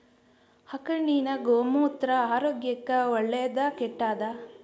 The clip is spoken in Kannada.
ಆಕಳಿನ ಗೋಮೂತ್ರ ಆರೋಗ್ಯಕ್ಕ ಒಳ್ಳೆದಾ ಕೆಟ್ಟದಾ?